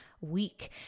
week